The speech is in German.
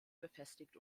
befestigt